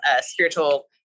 spiritual